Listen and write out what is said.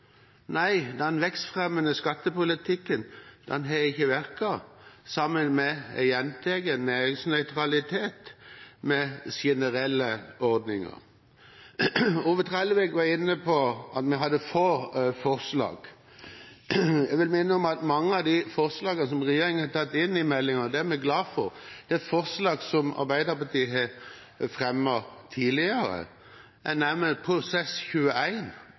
Nei, den vekstfremmende skattepolitikken har ikke virket, sammen med – jeg gjentar – næringsnøytralitet med generelle ordninger. Ove Trellevik var inne på at vi hadde få forslag. Jeg vil minne om at mange av de forslagene som regjeringen har tatt inn i meldingen – og det er vi glad for – er forslag som Arbeiderpartiet har fremmet tidligere.